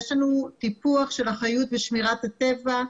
יש לנו טיפוח של אחריות ושמירת הטבע.